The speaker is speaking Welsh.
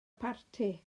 parti